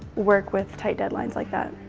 work with tight deadlines like that.